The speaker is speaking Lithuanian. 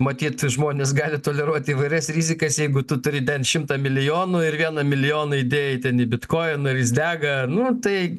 matyt žmonės gali toleruoti įvairias rizikas jeigu tu turi ten šimtą milijonų ir vieną milijoną įdėjai ten į bitkoiną ir jis dega nu tai